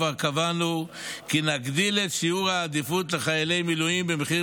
כבר קבענו כי נגדיל את שיעור העדיפות במחיר